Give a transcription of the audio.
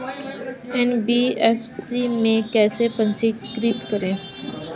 NBFC में कैसे पंजीकृत करें?